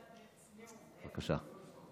בבקשה.